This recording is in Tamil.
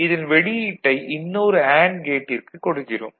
இதன் வெளியீட்டை இன்னொரு அண்டு கேட்டிற்கு கொடுக்கிறோம்